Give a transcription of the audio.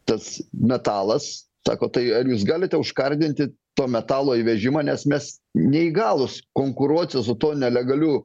tas metalas sako tai ar jūs galite užkardinti to metalo įvežimą nes mes neįgalūs konkuruoti su tuo nelegaliu